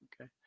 Okay